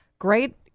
Great